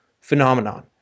phenomenon